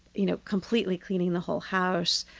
you know, completely cleaning the whole house,